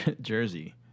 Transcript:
Jersey